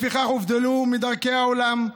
לפיכך הובדלו מדרכי העולם,